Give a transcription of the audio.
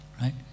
right